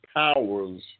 powers